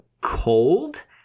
cold